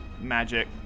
magic